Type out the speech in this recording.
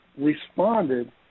responded